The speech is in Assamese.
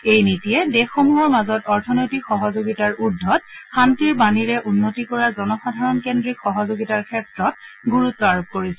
এই নীতিয়ে দেশসমূহৰ মাজত অৰ্থনৈতিক সহযোগিতাৰ ঊৰ্ধত শান্তিৰ বাণীৰে উন্নতি কৰা জনসাধাৰণকেন্দ্ৰিক সহযোগিতাৰ ক্ষেত্ৰত গুৰুত্ আৰোপ কৰিছে